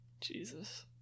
Jesus